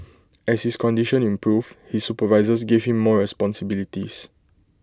as his condition improved his supervisors gave him more responsibilities